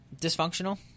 Dysfunctional